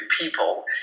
people